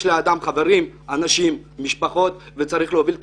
יש לאדם חברים ומשפחה וצריך להוביל את